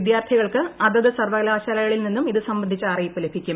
വിദ്യാർത്ഥികൾക്ക് അതത് സർവകലാശാലകളിൽ നിന്നും ഇത് സംബന്ധിച്ച അറിയിപ്പ് ലഭിക്കും